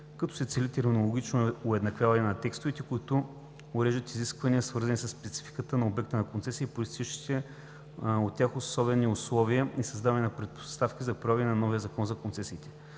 като се цели терминологично уеднаквяване на текстовете, които уреждат изисквания, свързани със спецификата на обекта на концесията и произтичащите от тях особени условия, и създаване на предпоставки за прилагане на новия Закон за концесиите.